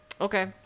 Okay